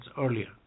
earlier